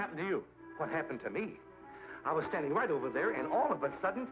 happened to you what happened to me i was standing right over there and all of a sudden